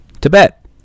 Tibet